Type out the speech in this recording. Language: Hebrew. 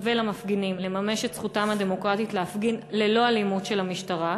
ולמפגינים לממש את זכותם הדמוקרטית להפגין ללא אלימות של המשטרה?